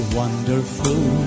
wonderful